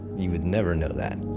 you would never know that.